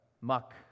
muck